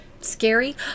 scary